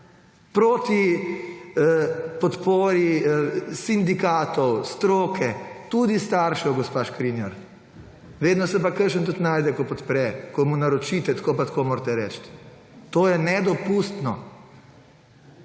proti podpori sindikatov, stroke, tudi staršev, gospa Škrinjar; vedno se pa kakšen tudi najde, ki podpre, ko mu naročite, tako pa tako morate reči. To je nedopustno!